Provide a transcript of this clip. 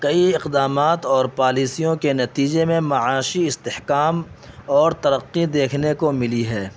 کئی اقدامات اور پالیسیوں کے نتیجے میں معاشی استحکام اور ترقی دیکھنے کو ملی ہے